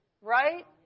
right